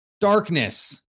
darkness